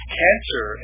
cancer